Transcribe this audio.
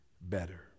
better